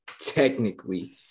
technically